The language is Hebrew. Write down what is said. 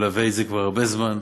מלווה את זה כבר הרבה זמן,